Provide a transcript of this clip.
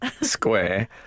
Square